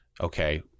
okay